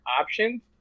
options